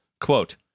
Quote